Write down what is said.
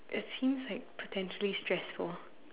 it's seems like potentially stressful